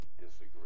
disagree